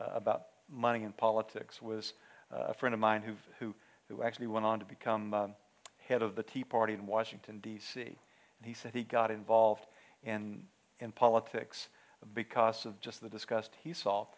about money in politics was a friend of mine who who who actually went on to become head of the tea party in washington d c and he said he got involved in politics because of just the disgust he